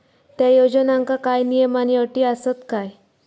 त्या योजनांका काय नियम आणि अटी आसत काय?